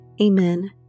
Amen